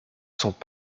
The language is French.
sont